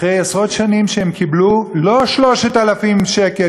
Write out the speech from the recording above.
אחרי עשרות שנים שהם קיבלו לא 3,000 שקל,